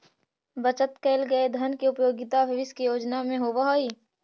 बचत कैल गए धन के उपयोगिता भविष्य के योजना में होवऽ हई